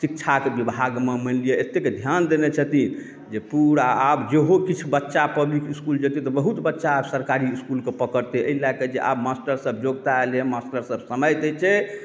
शिक्षाके विभागमे मानि लिअ एत्तेक ध्यान देने छथिन जे पूरा आब जेहो किछु बच्चा पब्लिक इसकुल जेतै तऽ बहुत बच्चा आब सरकारी इसकुलके पकड़ते एहि लएके जे आब मास्टर सभ योग्यता एलै हँ मास्टर सभ समय दै छै